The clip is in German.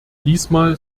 diesmal